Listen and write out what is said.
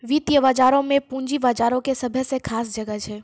वित्तीय बजारो मे पूंजी बजारो के सभ्भे से खास जगह छै